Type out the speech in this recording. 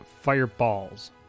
Fireballs